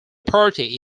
party